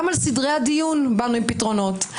גם על סדרי הדיון באנו עם פתרונות.